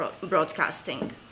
broadcasting